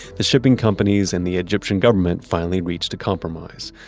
the shipping companies and the egyptian government finally reached a compromise.